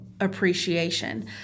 Appreciation